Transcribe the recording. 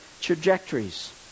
trajectories